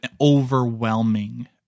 overwhelming